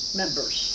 members